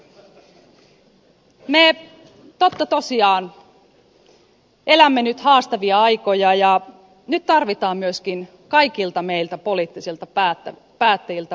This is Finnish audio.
me totta tosiaan elämme nyt haastavia aikoja ja nyt tarvitaan myöskin kaikilta meiltä poliittisilta päättäjiltä vastuullisia tekoja